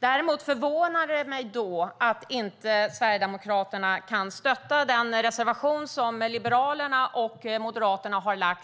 Däremot förvånar det mig att Sverigedemokraterna inte kan stödja den reservation som Liberalerna och Moderaterna har